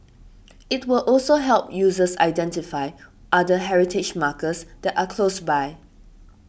it will also help users identify other heritage markers that are close by